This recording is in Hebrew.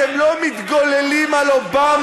אתם לא מתגוללים על אובמה,